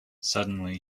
suddenly